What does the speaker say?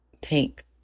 take